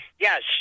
Yes